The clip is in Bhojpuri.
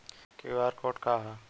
क्यू.आर कोड का ह?